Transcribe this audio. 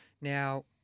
Now